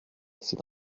c’est